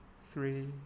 three